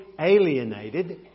alienated